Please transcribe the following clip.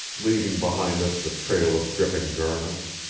leaving behind us the trail of dripping garments.